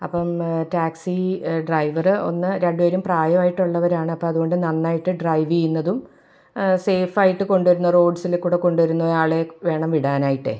അപ്പം taxi driver ഒന്ന് രണ്ട് പേരും പ്രായായിട്ടുള്ളവരാണപ്പോൾ അതുകൊണ്ട് നന്നായിട്ട് ഡ്രൈവ് ചെയ്യുന്നതും സേഫായിട്ട് കൊണ്ടുവരുന്ന റോഡ്സിലെ കൂടെ കൊണ്ടൊരുന്നയാളെ വേണം വിടാനായിട്ടേ